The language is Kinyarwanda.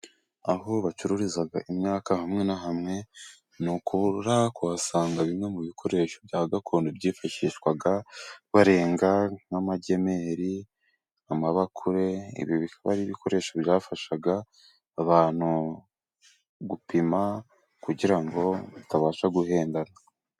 Aho bacururiza imyaka hamwe na hamwe ntubura kuhasanga bimwe mu bikoresho bya gakondo, byifashishwaga barenga nk'amagemeri, amabakure, ibi bikaba ari ibikoresho byafashaga abantu gupima kugira ngo batabasha guhendana.